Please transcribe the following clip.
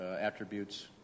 attributes